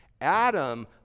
Adam